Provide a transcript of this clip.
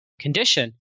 condition